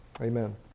Amen